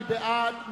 מי בעד?